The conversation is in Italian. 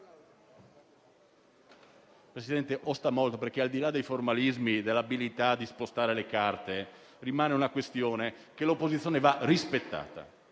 Presidente, osta molto, perché, al di là dei formalismi e dell'abilità di spostare le carte, rimane una questione: l'opposizione va rispettata.